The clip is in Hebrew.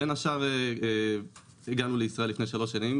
בין השאר הגענו לישראל לפני כשלוש שנים